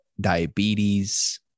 diabetes